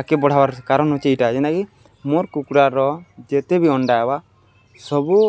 ଆଗ୍କେ ବଢ଼ାବାର୍ କାରଣ୍ ହଉଚେ ଇଟା ଜେନ୍ଟାକି ମୋର୍ କୁକୁଡ଼ାର ଯେତେ ବି ଅଣ୍ଡା ହେବା ସବୁ